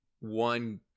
one